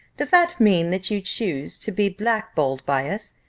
does that mean that you choose to be black-balled by us?